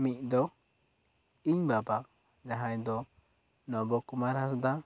ᱢᱤᱫ ᱫᱚ ᱤᱧ ᱵᱟᱵᱟ ᱡᱟᱦᱟᱸᱭ ᱫᱚ ᱱᱚᱵᱚ ᱠᱩᱢᱟᱨ ᱦᱟᱸᱥᱫᱟ